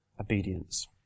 obedience